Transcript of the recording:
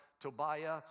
Tobiah